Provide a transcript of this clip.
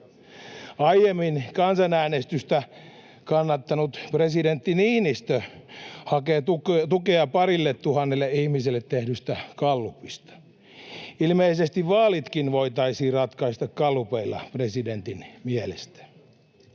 Aiemmin kansanäänestystä kannattanut presidentti Niinistö hakee tukea parilletuhannelle ihmiselle tehdystä gallupista. Ilmeisesti vaalitkin voitaisiin ratkaista gallupeilla presidentin mielestä.